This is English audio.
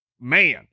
man